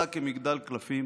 קרסה כמגדל קלפים